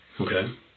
Okay